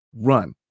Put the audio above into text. Run